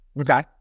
Okay